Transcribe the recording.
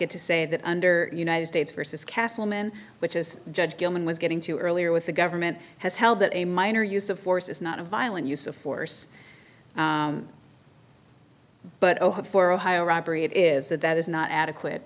it to say that under united states versus castleman which is judge gilman was getting to earlier with the government has held that a minor use of force is not a violent use of force but over four ohio robbery it is that that is not adequate